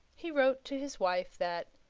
he wrote to his wife that,